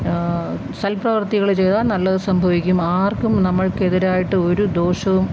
സൽപ്രവർത്തികള് ചെയ്താൽ നല്ലത് സംഭവിക്കും ആർക്കും നമ്മൾക്കെതിരായിട്ട് ഒരു ദോഷവും